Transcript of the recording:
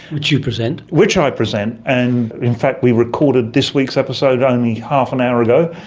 which you present. which i present, and in fact we recorded this week's episode only half an hour ago.